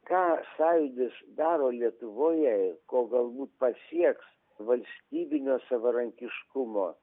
ką sąjūdis daro lietuvoje ko galbūt pasieks valstybinio savarankiškumo